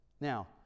Now